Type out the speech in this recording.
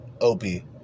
Opie